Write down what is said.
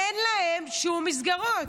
אין להם שום מסגרות.